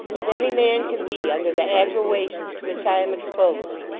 as any man can be under the aggrawations to which i am exposed.